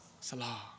Salah